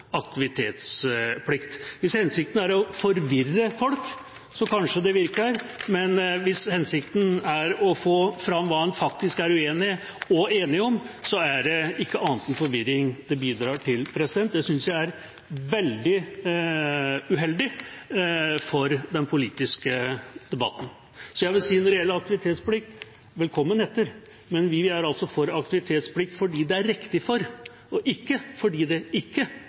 aktivitetsplikt, er imot aktivitetsplikt. Hvis hensikten er å forvirre folk, virker det kanskje, men hvis hensikten er å få fram hva en faktisk er uenig og enig om, bidrar det ikke til annet enn forvirring. Det synes jeg er veldig uheldig for den politiske debatten. Når det gjelder aktivitetsplikt, vil jeg si: Velkommen etter. Vi er altså for aktivitetsplikt for dem det er riktig for, og ikke for dem det ikke